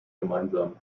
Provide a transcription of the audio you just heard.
gemeinsam